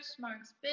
marks